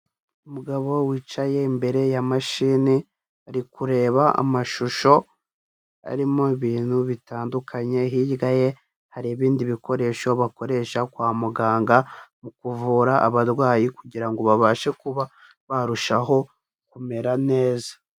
Umugabo wicaye imbere ya mashini, ari kureba amashusho arimo ibintu bitandukanye hirya ye hari ibindi bikoresho bakoresha kwa muganga mu kuvura abarwayi kugira ngo babashe kuba barushaho kumera neza.